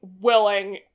willing